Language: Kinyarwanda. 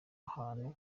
ahantu